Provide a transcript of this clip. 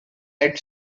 had